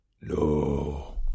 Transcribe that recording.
No